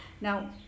now